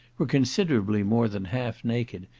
were considerably more than half naked,